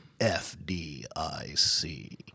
FDIC